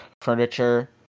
furniture